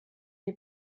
die